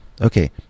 Okay